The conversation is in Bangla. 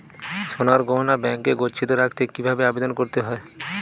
সোনার গহনা ব্যাংকে গচ্ছিত রাখতে কি ভাবে আবেদন করতে হয়?